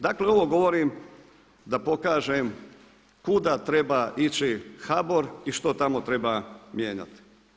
Dakle ovo govorim da pokažem kuda treba ići HBOR i što tamo treba mijenjati.